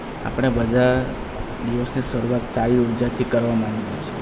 આપણે બધાં દિવસની શરૂઆત સારી ઉર્જાથી કરવા માંગીએ છીએ